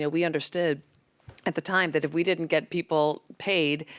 yeah we understood at the time that if we didn't get people paid,